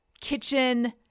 kitchen